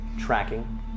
tracking